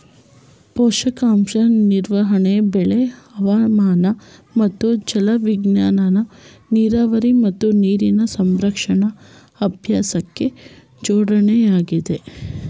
ಪೋಷಕಾಂಶ ನಿರ್ವಹಣೆ ಬೆಳೆ ಹವಾಮಾನ ಮತ್ತು ಜಲವಿಜ್ಞಾನನ ನೀರಾವರಿ ಮತ್ತು ನೀರಿನ ಸಂರಕ್ಷಣಾ ಅಭ್ಯಾಸಕ್ಕೆ ಜೋಡ್ಸೊದಾಗಯ್ತೆ